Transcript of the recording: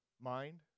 mind